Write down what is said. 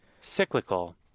Cyclical